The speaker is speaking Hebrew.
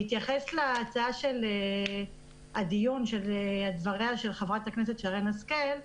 להתייחס לדבריה של חברת הכנסת שרן השכל,